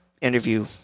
interview